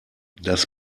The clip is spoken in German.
das